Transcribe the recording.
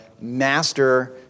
master